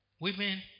Women